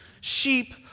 Sheep